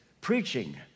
preaching